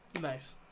Nice